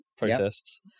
protests